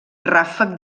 ràfec